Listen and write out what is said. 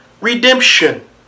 redemption